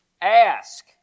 Ask